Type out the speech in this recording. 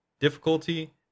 difficulty